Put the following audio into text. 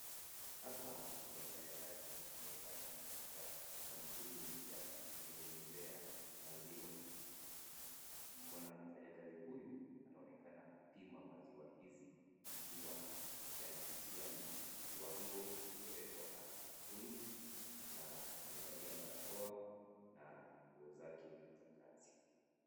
Hapa kuna mfanyakazi anayefanya katika kampuni ya kutengenezea maziwa. Mfanyakazi huyu anaonekana kupima maziwa hizi ikiwa yanafikia viwango vilivyowekwa na kampuni. Na amevalia barakoa na nguo zake za kazi.